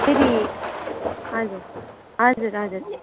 फेरि हजुर हजुर हजुर